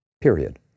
Period